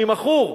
אני מכור,